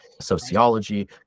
sociology